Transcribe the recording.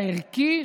הערכי,